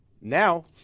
Now